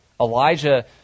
Elijah